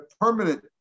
permanent